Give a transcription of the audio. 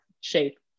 SHAPE